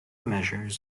measure